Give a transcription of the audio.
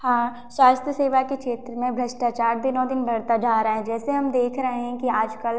हाँ स्वास्थ्य सेवा के क्षेत्र में भ्रष्टाचार दिनों दिन बढ़ता जा रहा है जैसे हम देख रहे हैं कि आजकल